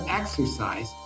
exercise